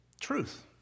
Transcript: truth